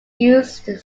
use